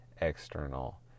external